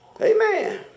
Amen